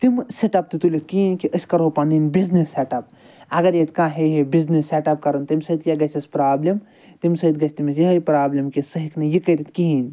تِم سِٹٮ۪پ تہِ تُلِتھ کِہیٖنۍ کہِ أسۍ کرو پَنٕنۍ بِزنِس سٮ۪ٹ اَپ اگر ییٚتہِ کانٛہہ ہے ہے بِزنِس سٮ۪ٹ اَپ کَرُن تَمہِ سۭتۍ کیاہ گَژھِ اَسہِ پرابلم تَمہِ سۭتۍ گَژھِ تٔمِس یِہوٚے پرابلم کہِ سُہ ہیٚکہِ نہٕ یہِ کٔرِتھ کِہیٖنۍ